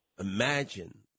Imagine